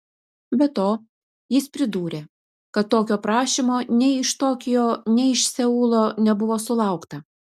be to jis pridūrė kad tokio prašymo nei iš tokijo nei iš seulo nebuvo sulaukta